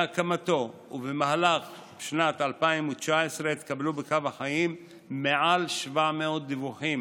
מהקמתו ובמהלך שנת 2019 התקבלו בקו החיים מעל 700 דיווחים,